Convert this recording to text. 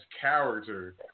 character